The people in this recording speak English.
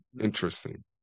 interesting